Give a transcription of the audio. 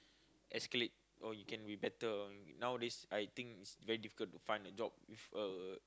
escalate or you can be better nowadays I think it's very difficult to find a job with a